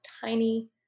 tiny